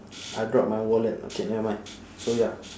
I drop my wallet okay nevermind so ya